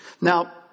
Now